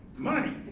money.